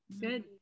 Good